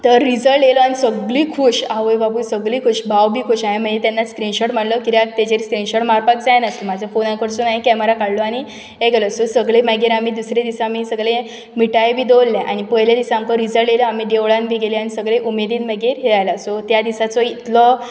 तर रिजल्ट येयलो आन सगलीं खूश आवय बापूय सगलीं खूश भाव बी खूश हांवें मागीर तेन्ना स्क्रीनशॉट माल्लो कित्याक ताजेर स्क्रीनशॉट मारपाक जाय नासलें म्हजो फोन हा कडसून हांवें कॅमेरा काडलो आनी हें केलो सो सगले मागीर आमी दुसरे दिसा आमी सगले मिटाई बी दोल्ल्या आनी पयले दीस सामको रिजल्ट येयल्या आमी देवळांत बी गेलीं आन सगळें उमेदीन मागीर हें आलां सो त्या दिसाचो इतलो